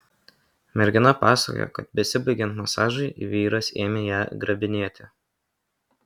mergina pasakojo kad besibaigiant masažui vyras ėmė ją grabinėti